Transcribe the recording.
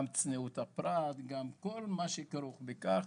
גם צנעת הפרט וגם כל מה שכרוך בכך,